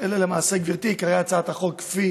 אלה, למעשה, גברתי, עיקרי הצעת החוק, כפי